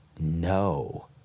No